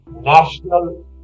national